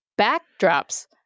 backdrops